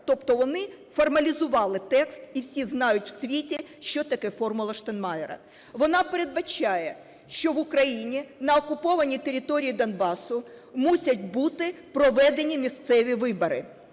тобто вони формалізували текст, і всі знають у світі, що таке "формула Штайнмайєра". Вона передбачає, що в Україні на окупованій території Донбасу мусять бути проведені місцеві вибори.